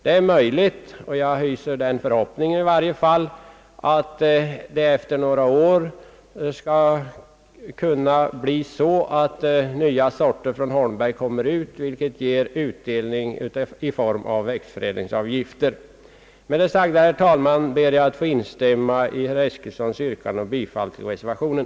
Det är möjligt — i varje fall hyser jag den förhoppningen — att det efter några år skall kunna bli så att det kommer ut nya sorter från Algot Holmberg & Söner AB, vilket ger utdelning i form av växtförädlingsavgifter. Med det sagda, herr talman, vill jag instämma i herr Eskilssons yrkande om bifall till reservationen.